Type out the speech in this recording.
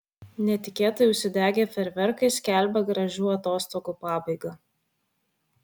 netikėtai užsidegę fejerverkai skelbia gražių atostogų pabaigą